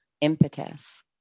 impetus